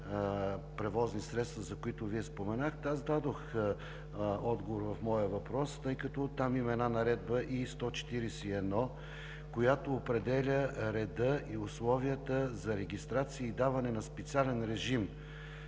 превозни средства, за които Вие споменахте, аз дадох отговор в моя въпрос. Тъй като там има една Наредба № I-141, която определя реда и условията за регистрация и даване на специален режим